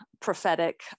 prophetic